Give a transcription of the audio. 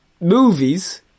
movies